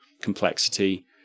complexity